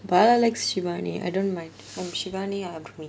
but I like shivani I don't mind oh shivani great